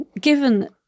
given